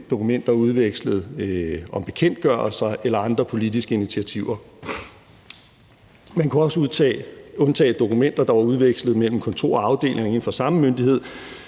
dokumenter udvekslet om bekendtgørelser eller andre politiske initiativer. Man kunne også undtage dokumenter, der var udvekslet mellem kontorer og afdelinger inden for samme myndighed,